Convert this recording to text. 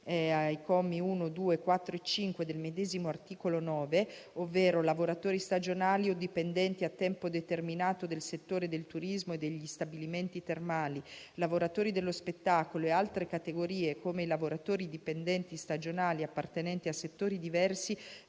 ai commi 1, 2, 4 e 5 del medesimo articolo 9, ovvero lavoratori stagionali o dipendenti a tempo determinato del settore del turismo e degli stabilimenti termali, lavoratori dello spettacolo e altre categorie come i lavoratori dipendenti stagionali appartenenti a settori diversi